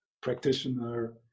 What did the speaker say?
practitioner